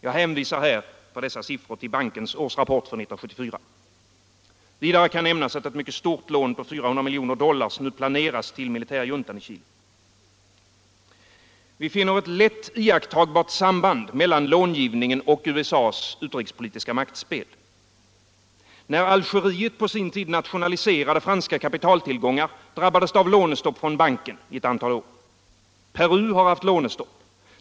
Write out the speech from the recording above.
Jag hänvisar till bankens årsrapport för 1974. Vidare kan nämnas att ett mycket stort lån på 400 milj. dollar nu planeras till militärjuntan i Chile. Vi finner ett lätt iakttagbart samband mellan långivningen och USA:s utrikespolitiska maktspel. När Algeriet på sin tid nationaliserade franska kapitaltillgångar drabbades det av lånestopp från banken i ett antal år. Peru har haft lånestopp.